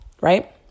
right